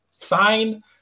Sign